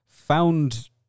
found